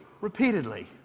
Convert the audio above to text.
repeatedly